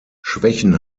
schwächen